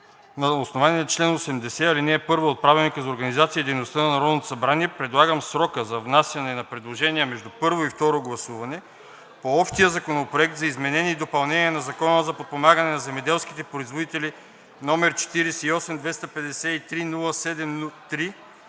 На основание на чл. 80, ал. 1 от Правилника за организацията и дейността на Народното събрание предлагам срока за внасяне на предложения между първо и второ гласуване по общия законопроект за изменение и допълнение на Закона за подпомагане на земеделските производители, № 48-253-07-3,